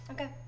Okay